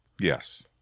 Yes